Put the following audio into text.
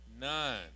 Nine